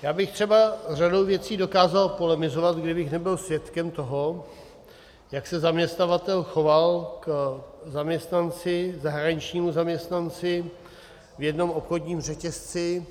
Já bych třeba s řadou věcí dokázal polemizovat, kdybych nebyl svědkem toho, jak se zaměstnavatel choval k zaměstnanci, zahraničnímu zaměstnanci, v jednom obchodním řetězci.